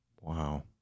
Wow